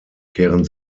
kehren